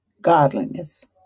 godliness